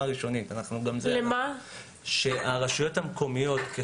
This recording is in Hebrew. ראשונית שהרשויות המקומיות יוכלו לבקש,